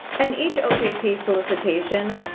and each ojp solicitation,